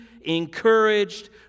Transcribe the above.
encouraged